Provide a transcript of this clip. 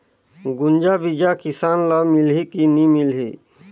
गुनजा बिजा किसान ल मिलही की नी मिलही?